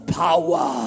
power